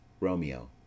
ROMEO